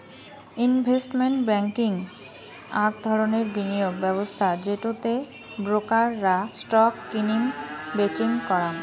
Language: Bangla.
ইনভেস্টমেন্ট ব্যাংকিং আক ধরণের বিনিয়োগ ব্যবস্থা যেটো তে ব্রোকার রা স্টক কিনিম বেচিম করাং